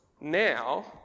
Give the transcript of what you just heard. now